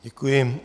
Děkuji.